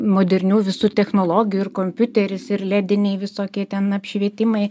modernių visų technologijų ir kompiuteris ir lediniai visokie ten apšvietimai